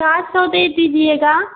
सात सौ दे दीजिएगा